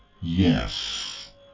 yes